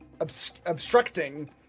obstructing